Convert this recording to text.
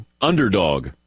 underdog